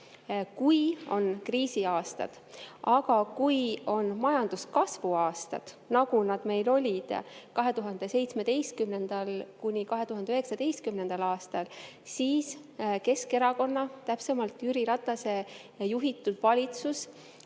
kui on kriisiaastad. Aga kui on majanduskasvuaastad, nagu nad meil olid 2017–2019, siis Keskerakonna, täpsemalt Jüri Ratase juhitud valitsus